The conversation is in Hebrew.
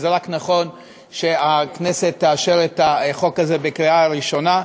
וזה רק נכון שהכנסת תאשר את החוק הזה בקריאה ראשונה.